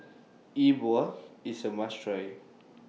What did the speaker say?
Yi Bua IS A must Try